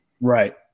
Right